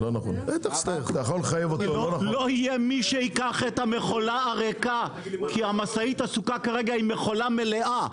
לא יהיה מי שייקח את המכולה הריקה כי המשאית עסוקה כרגע עם מכולה מלאה.